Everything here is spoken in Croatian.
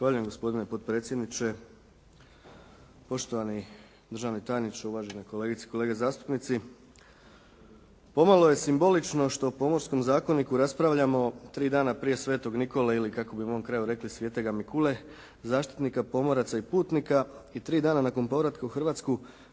Zahvaljujem gospodine potpredsjedniče, poštovani državni tajniče, uvažene kolegice, kolege zastupnici, pomalo je simbolično što o Pomorskom zakoniku raspravljamo tri dana prije Sv. Nikole, ili kako bi u mom kraju rekli Svetega Mikule zaštitnika pomoraca i putnika i tri dana nakon povratka u Hrvatsku